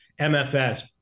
MFS